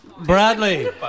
Bradley